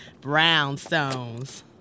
Brownstones